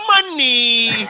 money